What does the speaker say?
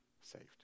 saved